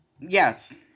Yes